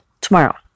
tomorrow